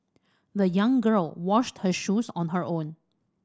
the young girl washed her shoes on her own